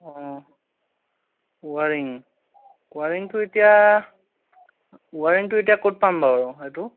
অঁ ৱাৰিং ৱাৰিংটো এতিয়া ৱাৰিংটো এতিয়া ক'ত পাম বাাৰু সেইটো